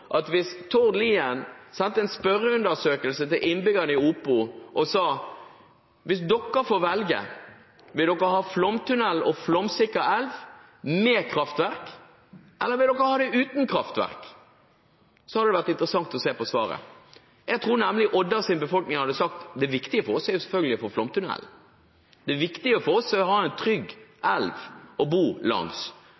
at hvis Tord Lien sendte en spørreundersøkelse til innbyggerne ved Opo – hvis dere får velge, vil dere ha flomtunnel og flomsikker elv med kraftverk, eller vil dere ha det uten kraftverk? – hadde det vært interessant å se på svaret. Jeg tror nemlig Oddas befolkning hadde sagt at det viktige for dem er selvfølgelig å få flomtunnel, det viktige for dem er å ha en trygg